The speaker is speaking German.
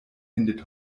endet